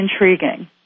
intriguing